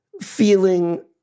feeling